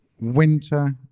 winter